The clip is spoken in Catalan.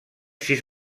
sis